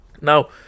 now